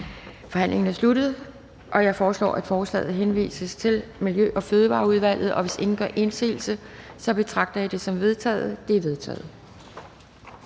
Forhandlingen er sluttet. Jeg foreslår, at forslaget henvises til Miljø- og Fødevareudvalget. Hvis ingen gør indsigelse, betragter jeg det som vedtaget. Det er vedtaget.